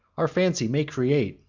our fancy may create,